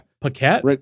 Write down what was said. Paquette